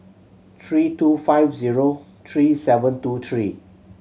three two five zero three seven two three